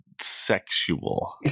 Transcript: sexual